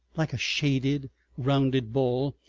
like a shaded rounded ball,